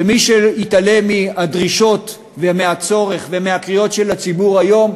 ומי שיתעלם מהדרישות ומהצורך ומהקריאות של הציבור היום,